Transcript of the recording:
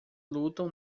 lutam